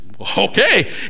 Okay